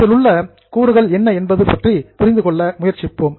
இதில் உள்ள எலிமென்ட்ஸ் கூறுகள் என்ன என்பதை புரிந்து கொள்ள முயற்சி செய்யுங்கள்